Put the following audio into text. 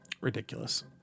Ridiculous